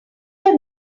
have